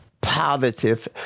positive